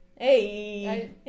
hey